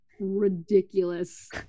ridiculous